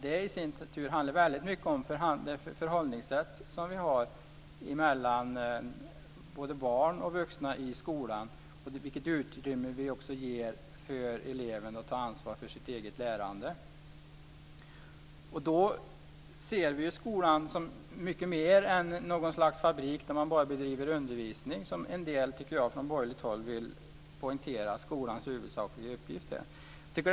Det i sin tur handlar väldigt mycket om det förhållningssätt mellan barn och vuxna i skolan och vilket utrymme vi ger elever att ta ansvar för sitt eget lärande. Då ser vi skolan som mycket mer än något slags fabrik där man bara bedriver undervisning, som en del från borgerligt håll brukar poängtera, att skolans viktigaste uppgift är att bedriva undervisning.